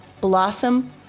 blossom